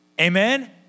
Amen